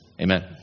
Amen